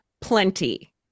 plenty